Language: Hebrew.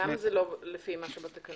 למה זה לא לפי מה שבתקנות?